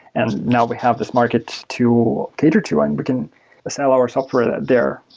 and now we have this market to cater to and we can sell our software there.